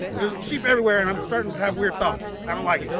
there's sheep everywhere and i'm starting to have weird thoughts, i don't like